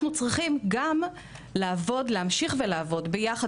אנחנו צריכים גם להמשיך ולעבוד ביחד